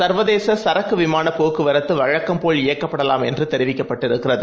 சர்வதேசசரக்குவிமானப்போக்குவரத்துவழக்கம்போல்இயக்கப்படலாம்என்றும் தெரிவிக்கப்பட்டிருக்கிறது